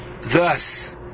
Thus